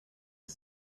are